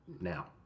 now